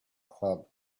club